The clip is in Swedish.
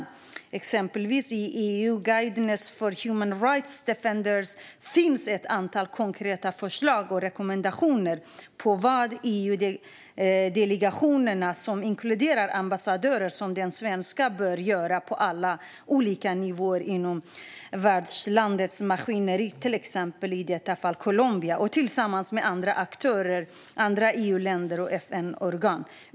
I exempelvis EU Guidelines on Human Rights Defenders finns ett antal konkreta förslag och rekommendationer om vad EU-delegationerna, som inkluderar ambassader som den svenska, bör göra på alla olika nivåer inom värdlandets maskineri - i detta fall Colombia - och tillsammans med andra aktörer, andra EU-länder och FN-organ.